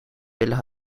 willen